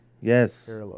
Yes